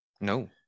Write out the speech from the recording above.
No